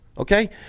Okay